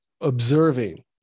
observing